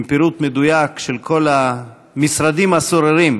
עם פירוט מדויק של כל המשרדים הסוררים,